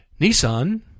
Nissan